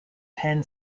penn